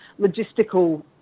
logistical